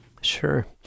Sure